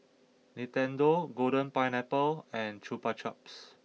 Nintendo Golden Pineapple and Chupa Chups